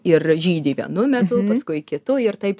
ir žydi vienu metu paskui kitu ir taip